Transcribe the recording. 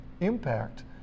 impact